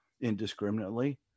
indiscriminately